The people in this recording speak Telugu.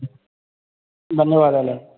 ధన్యవాదాలు